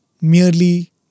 merely